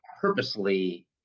purposely